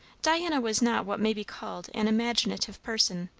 diana was not what may be called an imaginative person,